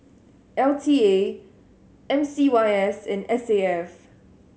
L T A M C Y S and S A F